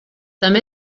també